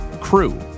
Crew